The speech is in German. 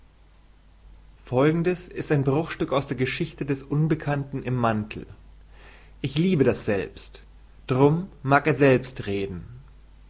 folgendes ist ein bruchstück aus der geschichte des unbekannten im mantel ich liebe das selbst drum mag er selbst reden